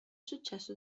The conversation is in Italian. successo